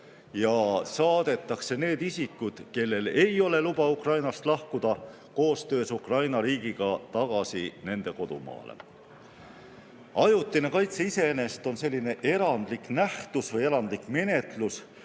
ja saadetakse need isikud, kellel ei ole luba Ukrainast lahkuda, koostöös Ukraina riigiga tagasi nende kodumaale. Ajutine kaitse iseenesest on selline erandlik nähtus või erandlik menetlus,